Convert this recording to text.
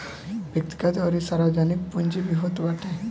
व्यक्तिगत अउरी सार्वजनिक पूंजी भी होत बाटे